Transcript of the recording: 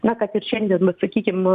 na kad ir šiandien vat sakykim